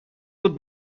بود